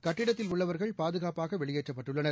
கட்டிடத்தில் உள்ளவர்கள் பாதுகாப்பாக வெளியேற்றப்பட்டுள்ளனர்